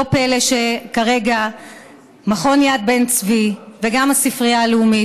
לא פלא שכרגע מכון יד בן צבי וגם הספרייה הלאומית